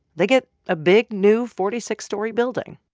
they get a big, new, forty six story building,